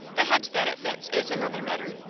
the head that it fits is another matter.